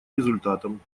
результатом